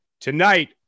Tonight